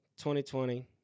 2020